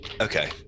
Okay